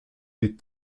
des